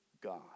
god